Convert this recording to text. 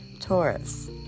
Taurus